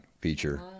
feature